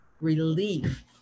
relief